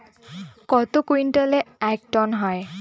কত কুইন্টালে এক টন হয়?